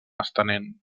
estenent